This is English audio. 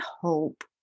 hope